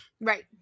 Right